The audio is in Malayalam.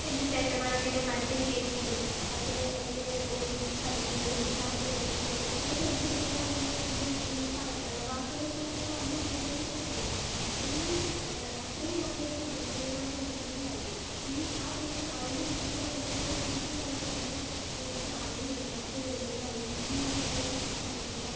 എൻ്റെ ചേട്ടന്മാരൊക്കെയെന്നെ മരത്തിൽ കയറ്റിയതും അവരെ എന്നെ ഓടി കളിക്കുന്നതും സാറ്റ് കളിക്കുന്നതും അതൊക്കെ എന്ത് രസമായിരുന്നു എന്ന് ഈ പറഞ്ഞ വാക്കുകളിൽക്കൂടി പറഞ്ഞറിയിക്കാൻ പറ്റത്തില്ല അത്രയും അത്രയും നല്ല ഒരു സന്തോഷകരമായ ദിവസങ്ങളിലായിരുന്നു ഈ ആ ദിവസം എൻ്റെ കുട്ടിക്കാലം ഒന്നൂകൂടി തിരിച്ചുവരണം എന്ന് എനിക്ക് ആഗ്രഹമുണ്ട് പക്ഷേ വരില്ലയെന്ന് അറിയാം ഇന്ന് ഈ നിലയിൽ എത്തി നിൽക്കുമ്പോൾ